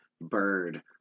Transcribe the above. bird